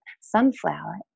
sunflower